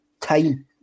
time